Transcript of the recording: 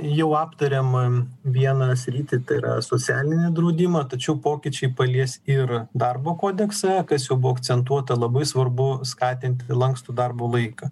jau aptarėm vieną sritį tai yra socialinį draudimą tačiau pokyčiai palies ir darbo kodeksą kas jau buvo akcentuota labai svarbu skatinti lankstų darbo laiką